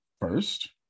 First